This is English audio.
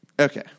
Okay